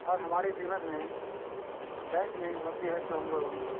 اور ہمارے جیون میں بائک نہیں ہوتی ہے تو ہم لوگ